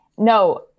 No